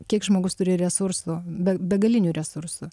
kiek žmogus turi resursų be begalinių resursų